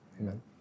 Amen